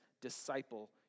disciple